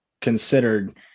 considered